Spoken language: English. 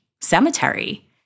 cemetery